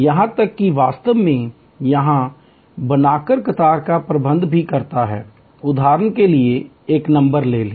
यहां तक कि वास्तव में यहां बनाकर कतार का प्रबंधन भी करते हैं उदाहरण के लिए एक नंबर लें